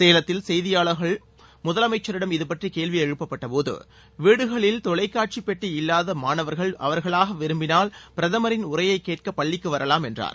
சேலத்தில் செய்தியாளர்கள் முதலமைச்சரிடம் இதுபற்றிய கேள்வி எழுப்பப்பட்ட போது வீடுகளில் தொலைக்காட்சி பெட்டி இல்லாத மாணவர்கள் அவர்களாக விரும்பினால் பிரதமரின் உரையைக் கேட்க பள்ளிகளுக்கு வரலாம் என்றார்